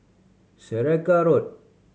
Saraca Road